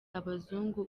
abazungu